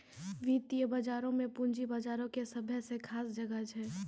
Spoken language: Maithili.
वित्तीय बजारो मे पूंजी बजारो के सभ्भे से खास जगह छै